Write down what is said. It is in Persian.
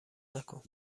نکن